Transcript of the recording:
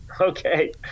Okay